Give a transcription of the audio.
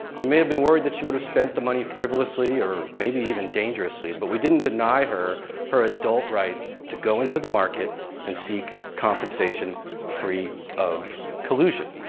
we may have been worried that she would have spent the money frivolously or maybe even dangerously, but we didn't deny her, her adult right to go into the market and seek compensation free of collusion.